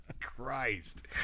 Christ